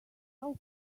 how